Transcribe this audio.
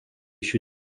šių